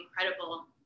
incredible